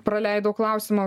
praleidau klausimą